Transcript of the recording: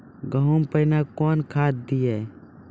गेहूँ पहने कौन खाद दिए?